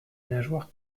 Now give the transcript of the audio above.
nageoire